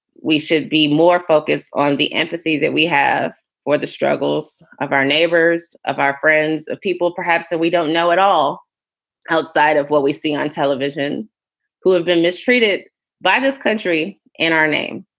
we should be more focused on the empathy that we have for the struggles of our neighbors, of our friends, of people perhaps that we don't know at all outside of what we see on television who have been mistreated by this country in our name.